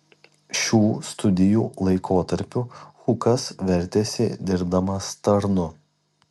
šių studijų laikotarpiu hukas vertėsi dirbdamas tarnu